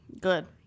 Good